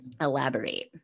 elaborate